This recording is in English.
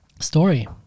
Story